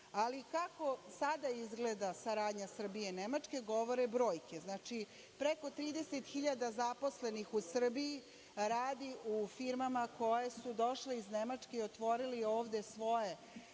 Ali, kako sada izgleda saradnja Srbije i Nemačke, govore brojke. Znači, preko 30 hiljada zaposlenih u Srbiji radi u firmama koje su došle iz Nemačke i otvorili ovde svoje